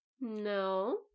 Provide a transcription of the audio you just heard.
No